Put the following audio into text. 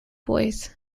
boys